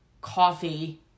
coffee